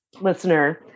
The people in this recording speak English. listener